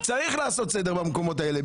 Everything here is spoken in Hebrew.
צריך לעשות סדר במקומות האלה.